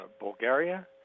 Bulgaria